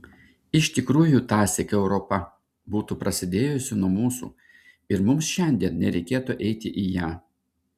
iš tikrųjų tąsyk europa būtų prasidėjusi nuo mūsų ir mums šiandien nereikėtų eiti į ją